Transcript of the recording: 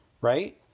right